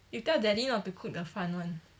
you tell daddy not to cook the 饭 one